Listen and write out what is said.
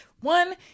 one